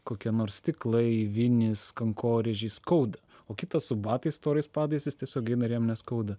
kokie nors stiklai vinys kankorėžiai skauda o kitas su batais storais padais jis tiesiog eina ir jam neskauda